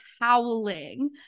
howling